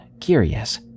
curious